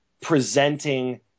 presenting